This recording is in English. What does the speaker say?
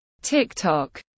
TikTok